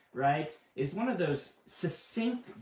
right? it's one of those succinct,